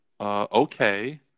Okay